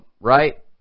right